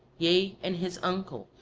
yea, and his uncle,